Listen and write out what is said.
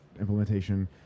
implementation